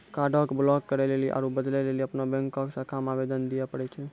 कार्डो के ब्लाक करे लेली आरु बदलै लेली अपनो बैंको के शाखा मे आवेदन दिये पड़ै छै